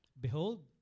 Behold